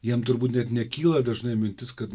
jam turbūt net nekyla dažnai mintis kad